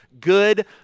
good